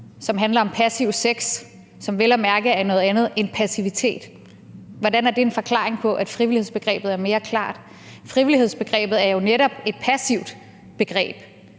som handler om passiv sex, hvilket vel at mærke er noget andet end passivitet – en forklaring på, at frivillighedsbegrebet er mere klart? Frivillighedsbegrebet er jo netop et passivt begreb.